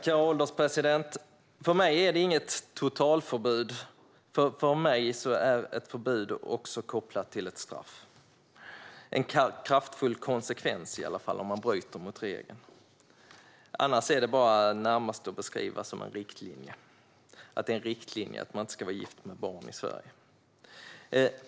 Herr ålderspresident! För mig är det inget totalförbud. För mig är ett förbud också kopplat till ett straff eller i alla fall till en kraftfull konsekvens för den som bryter mot regeln - annars är det närmast att beskriva som en riktlinje att man inte ska vara gift med ett barn i Sverige.